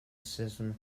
system